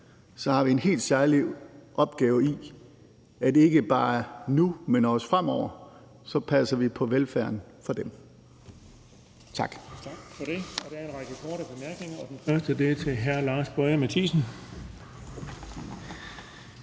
har vi en helt særlig opgave i, at ikke bare nu, men også fremover, passer vi på velfærden for dem. Tak.